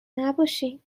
نباشین